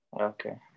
Okay